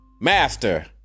Master